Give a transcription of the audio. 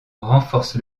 renforce